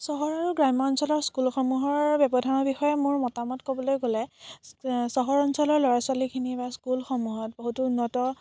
চহৰ আৰু গ্ৰাম্য অঞ্চলৰ স্কুলসমূহৰ ব্যৱধানৰ বিষয়ে মোৰ মতামত ক'বলৈ গ'লে চহৰ অঞ্চলৰ ল'ৰা ছোৱালিখিনি বা স্কুলসমূহত বহুতো উন্নত